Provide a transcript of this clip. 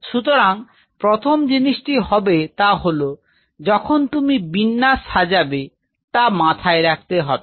সুতরাং প্রথম জিনিসটি হবে তা হল যখন তুমি বিন্যাস সাজাবে তা মাথায় রাখতে হবে